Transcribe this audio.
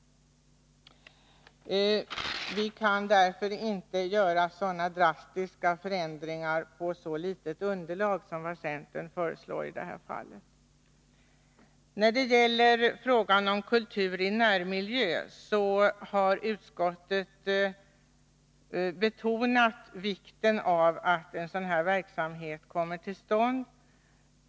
Vi kan inte på ett så litet underlag göra så drastiska förändringar som centern föreslår i detta fall. När det gäller frågan om kultur i närmiljö har utskottet betonat vikten av att en sådan här verksamhet nu kommer till stånd.